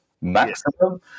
maximum